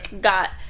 got